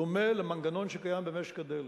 דומה למנגנון שקיים במשק הדלק.